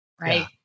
Right